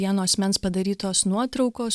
vieno asmens padarytos nuotraukos